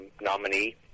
nominee